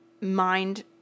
mind